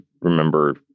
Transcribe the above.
remember